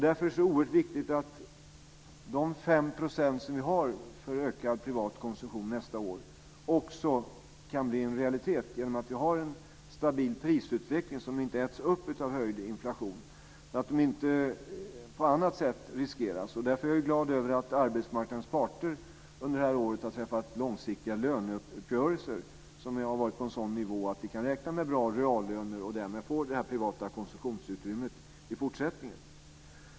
Därför är det så oerhört viktigt att de 5 % som vi har för ökad privat konsumtion nästa år också kan bli en realitet genom att vi har en stabil prisutveckling så att inte ökningen äts upp av höjd inflation och att vi inte på annat sätt riskerar den. Därför är jag glad över att arbetsmarknadens parter under det här året har träffat långsiktiga löneuppgörelser som har varit på en sådan nivå att vi kan räkna med bra reallöner och därmed få det här privata konsumtionsutrymmet i fortsättningen.